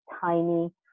tiny